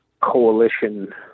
coalition